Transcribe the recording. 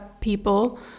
people